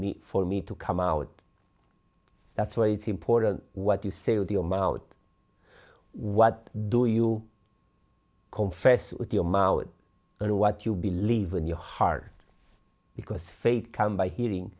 me for me to come out that's why it's important what you say the arm out what do you confess with your mouth and what you believe in your heart because faith comes by hearing